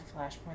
Flashpoint